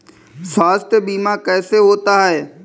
स्वास्थ्य बीमा कैसे होता है?